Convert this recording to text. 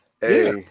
Hey